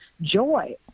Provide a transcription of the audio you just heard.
joy